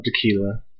tequila